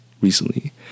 recently